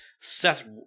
Seth